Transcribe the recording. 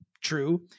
true